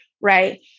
right